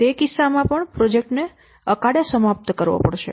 તેથી તે કિસ્સા માં પ્રોજેક્ટ ને અકાળે સમાપ્ત કરવો પડશે